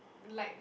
light